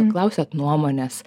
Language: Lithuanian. klausiat nuomonės